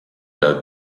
las